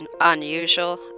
unusual